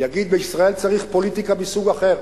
יגיד: בישראל צריך פוליטיקה מסוג אחר,